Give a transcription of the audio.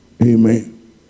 Amen